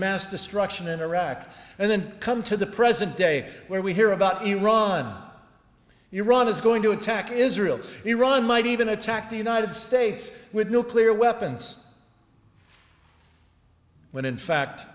mass destruction in iraq and then come to the present day where we hear about iran iran is going to attack israel iran might even attack the united states with nuclear weapons when in fact